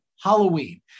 Halloween